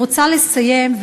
אני רוצה לסיים,